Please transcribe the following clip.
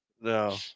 no